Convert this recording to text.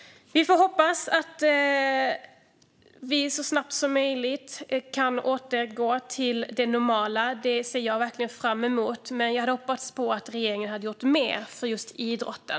Vi får hoppas att vi så snabbt som möjligt kan återgå till det normala - det ser jag verkligen fram emot. Men jag hade hoppats att regeringen hade gjort mer för just idrotten.